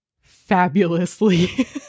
fabulously